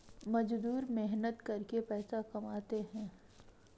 मजदूर मेहनत करके पैसा कमाते है